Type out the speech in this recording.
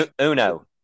Uno